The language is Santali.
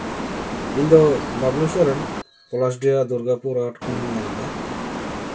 ᱤᱧ ᱫᱚ ᱵᱟᱹᱵᱽᱞᱩ ᱥᱚᱨᱮᱱ ᱯᱚᱞᱟᱥᱰᱤᱦᱟ ᱫᱩᱨᱜᱟᱯᱩᱨ ᱦᱟᱴ ᱠᱷᱚᱱᱤᱧ ᱢᱮᱱᱫᱟ